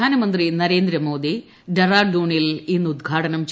പ്രധാനമന്ത്രി നരേന്ദ്രമോദി ഡെറാഡൂണിൽ ഇന്ന് ഉദ്ഘാടനം ചെയ്യും